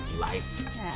life